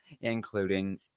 including